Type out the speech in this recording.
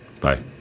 bye